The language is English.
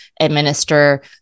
administer